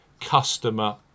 Customer